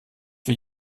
für